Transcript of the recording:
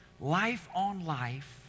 life-on-life